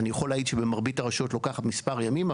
אני יכול להעיד שבמרבית הרשויות לוקח מספר ימים.